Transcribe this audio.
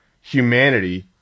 humanity